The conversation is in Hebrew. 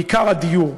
בעיקר הדיור,